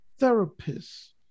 therapists